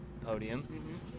podium